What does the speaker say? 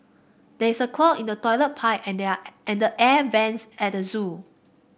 there is a clog in the toilet pipe and they are and air vents at the zoo